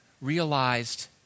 realized